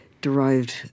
derived